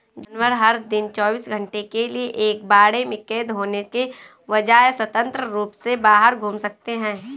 जानवर, हर दिन चौबीस घंटे के लिए एक बाड़े में कैद होने के बजाय, स्वतंत्र रूप से बाहर घूम सकते हैं